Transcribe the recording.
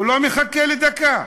הוא לא מחכה דקה.